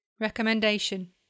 Recommendation